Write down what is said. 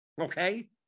okay